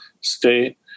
state